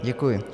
Děkuji.